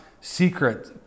secret